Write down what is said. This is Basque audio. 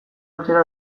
atzera